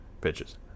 pitches